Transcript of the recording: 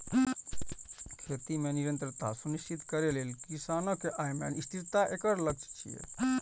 खेती मे निरंतरता सुनिश्चित करै लेल किसानक आय मे स्थिरता एकर लक्ष्य छियै